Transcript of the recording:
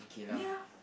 ya